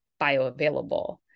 bioavailable